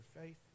faith